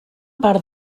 part